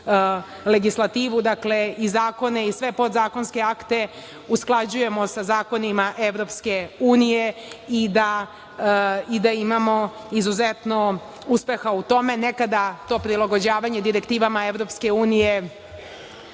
legislativu, dakle, i zakone i sva podzakonska akta usklađujemo sa zakonima EU i da imamo izuzetno uspeha u tome. Nekada to prilagođavanje direktivama EU nije